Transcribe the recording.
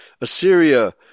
Assyria